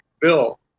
bill